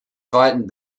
zweiten